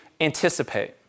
anticipate